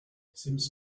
sims